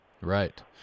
Right